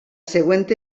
següent